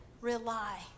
rely